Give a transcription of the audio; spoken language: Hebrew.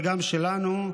וגם שלנו,